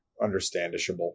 Understandishable